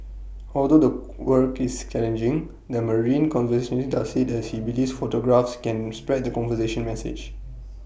although the work is challenging the marine conservationist does IT as he believes photographs can spread the conservation message